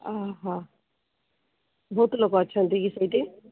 ଅହ ବହୁତ ଲୋକ ଅଛନ୍ତି କି ସେଇଠି